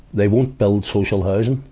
they won't build social housing.